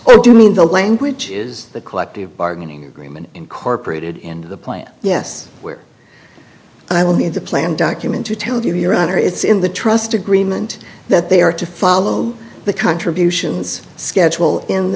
or do you mean the language is the collective bargaining agreement incorporated into the plan yes where i will be in the plan document to tell you your honor it's in the trust agreement that they are to follow the contributions schedule in